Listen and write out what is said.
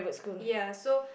ya so